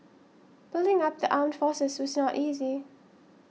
building up the armed forces was not easy